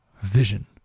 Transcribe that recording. vision